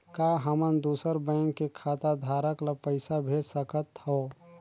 का हमन दूसर बैंक के खाताधरक ल पइसा भेज सकथ हों?